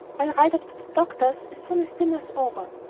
i'll ride up to the doctor's as soon as dinner's over.